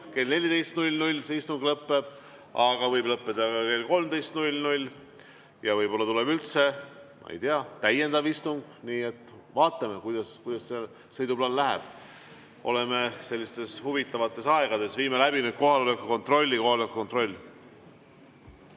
kell 14 see istung lõpeb, aga võib lõppeda ka kell 13 ja võib-olla tuleb üldse, ma ei tea, täiendav istung. Nii et vaatame, kuidas sõiduplaan läheb. Oleme sellises huvitavas ajas. Viime nüüd läbi kohaloleku kontrolli. Kohaloleku kontroll.